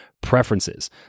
preferences